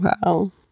Wow